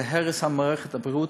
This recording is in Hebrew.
זה הרס מערכת הבריאות.